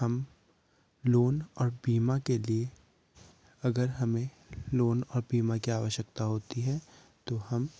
हम लोन और बीमा के लिए अगर हमें लोन और बीमा की आवश्यकता होती है तो हम